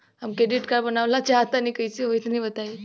हम credit card बनवावल चाह तनि कइसे होई तनि बताई?